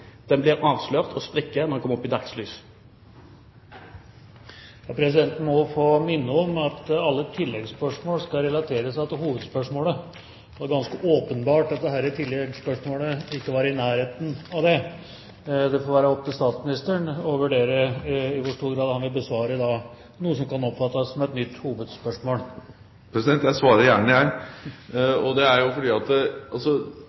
Den blir avslørt og sprekker når den kommer opp i dagslys. Presidenten må få minne om at alle tilleggsspørsmål skal relateres til hovedspørsmålet. Det var ganske åpenbart at dette tilleggsspørsmålet ikke var i nærheten av det. Det får være opp til statsministeren å vurdere i hvor stor grad han vil besvare noe som kan oppfattes som et nytt hovedspørsmål. Jeg svarer gjerne,